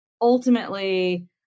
Ultimately